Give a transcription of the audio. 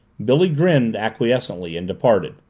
billy grinned acquiescently and departed.